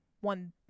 one